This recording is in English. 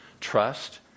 trust